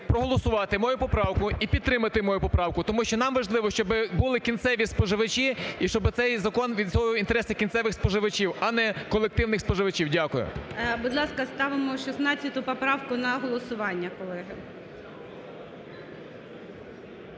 проголосувати мою поправку і підтримати мою поправку, тому що нам важливо, щоб були кінцеві споживачі і щоб цей закон відстоював інтереси кінцевих споживачів, а не колективних споживачів. Дякую. ГОЛОВУЮЧИЙ. Будь ласка, ставимо 16 поправку на голосування, колеги.